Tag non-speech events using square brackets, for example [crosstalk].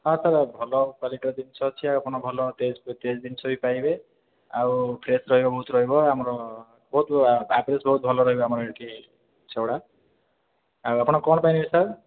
ହଁ ସାର୍ ଭଲ କ୍ୱାଲିଟିର ଜିନଷ ଅଛି ଆପଣ ଭଲ ଟେଷ୍ଟ୍ ଟେଷ୍ଟ୍ ଜିନିଷ ବି ପାଇବେ ଆଉ ଫ୍ରେଶ୍ ରହିବ ବହୁତ ରହିବ ଆମର ବହୁତ [unintelligible] ଭଲ ରହିବ ଆମର ଏଇଠି ସେଗୁଡ଼ା ଆଉ ଆପଣ କ'ଣ ପାଇଁ ସାର୍